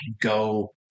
go